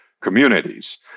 communities